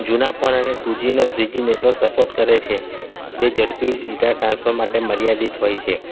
જૂના ફોન એને ટુજી અને થ્રીજી નેટવર્ક સપોર્ટ કરે છે જે ઝડપી ડેટા ટ્રાન્સફર માટે મર્યાદિત હોય છે